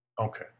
Okay